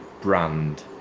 brand